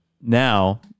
now